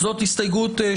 זאת הסתייגו 34